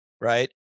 right